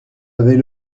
avait